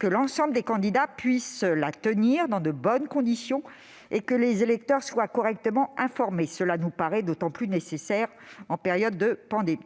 que l'ensemble des candidats puissent la mener dans de bonnes conditions et que les électeurs soient correctement informés. Cela nous paraît d'autant plus nécessaire en période de pandémie.